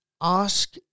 ask